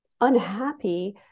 unhappy